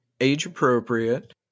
age-appropriate